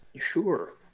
Sure